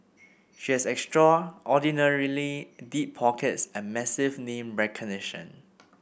she has extraordinarily deep pockets and massive name recognition